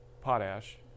potash